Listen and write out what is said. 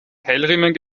keilriemen